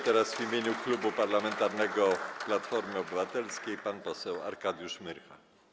Teraz w imieniu Klubu Parlamentarnego Platforma Obywatelska pan poseł Arkadiusz Myrcha.